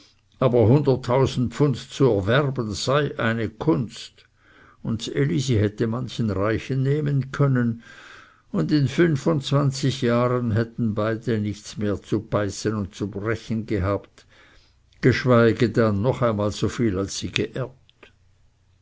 aber hunderttausend pfund zu erwerben sei eine kunst und ds elisi hätte manchen reichen nehmen können und in fünfundzwanzig jahren hätten beide nichts mehr zu beißen und zu brechen gehabt geschweige dann noch einmal so viel als sie geerbt